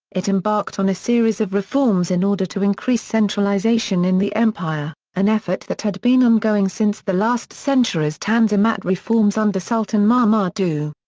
it embarked on a series of reforms in order to increase centralization in the empire, an effort that had been ongoing since the last century's tanzimat reforms under sultan mahmud ii.